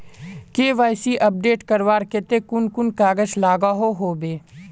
KYC update करवार केते कुन कुन कागज लागोहो होबे?